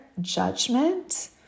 judgment